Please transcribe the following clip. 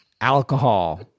alcohol